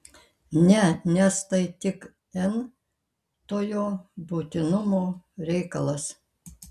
ne nes tai tik n tojo būtinumo reikalas